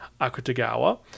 Akutagawa